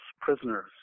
prisoners